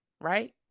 right